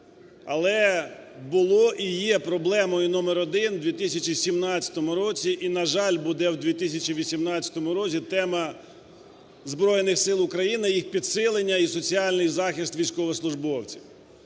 Але було і є проблемою номер один у 2017 році, і, на жаль, буде у 2018 році тема Збройних Сил України, їх підсилення і соціальний захист військовослужбовців.